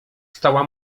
stała